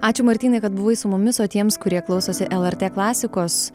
ačiū martynai kad buvai su mumis o tiems kurie klausosi lrt klasikos